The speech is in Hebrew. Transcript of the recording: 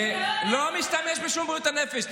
לא משתמש בשום בריאות הנפש.